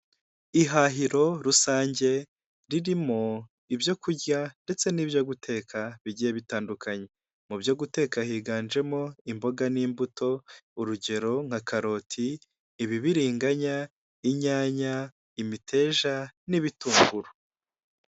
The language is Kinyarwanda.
Icyumba kigaragara nkaho hari ahantu bigira ikoranabuhanga, hari abagabo babiri ndetse hari n'undi utari kugaragara neza, umwe yambaye ishati y'iroze undi yambaye ishati y'umutuku irimo utubara tw'umukara, imbere yabo hari amaterefoni menshi bigaragara ko bari kwihugura.